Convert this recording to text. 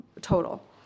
total